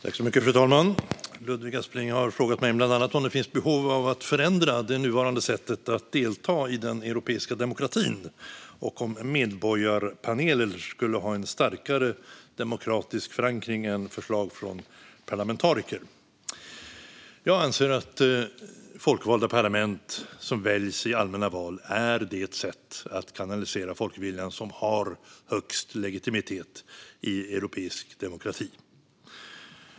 Fru talman! Ludvig Aspling har frågat mig bland annat om det finns behov av att förändra det nuvarande sättet att delta i den europeiska demokratin och om medborgarpaneler skulle ha en starkare demokratisk förankring än förslag från parlamentariker. Jag anser att folkvalda parlament som väljs i allmänna val är det sätt att kanalisera folkviljan som har högst legitimitet i europeisk demokrati.